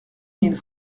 mille